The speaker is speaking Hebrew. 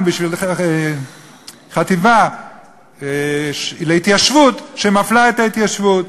בשביל חטיבה להתיישבות שמפלה את ההתיישבות?